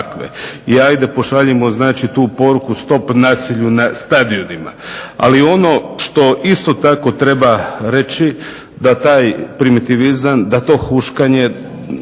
I ajde pošaljimo znači tu poruku - Stop nasilju na stadionima! Ali, ono što isto tako treba reći da taj primitivizam, da to huškanje,